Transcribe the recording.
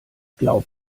glaub